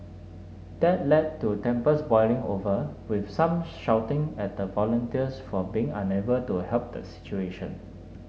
that led to tempers boiling over with some shouting at the volunteers for being unable to help the situation